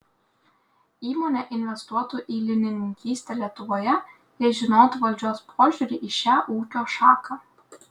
įmonė investuotų į linininkystę lietuvoje jei žinotų valdžios požiūrį į šią ūkio šaką